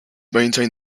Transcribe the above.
maintain